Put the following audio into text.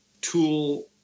tool